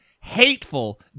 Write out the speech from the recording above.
hateful